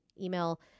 email